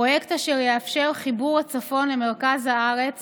פרויקט אשר יאפשר את חיבור הצפון למרכז הארץ